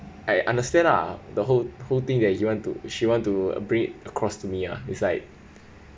I understand lah the whole whole thing that you want to she want to bring it across to me ah it's like